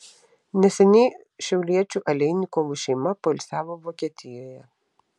neseniai šiauliečių aleinikovų šeima poilsiavo vokietijoje